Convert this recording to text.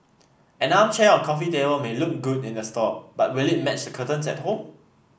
an armchair or coffee table may look good in the store but will it match the curtains at home